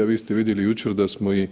A vi ste vidjeli jučer da smo i